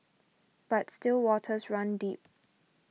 but still waters run deep